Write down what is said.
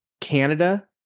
Canada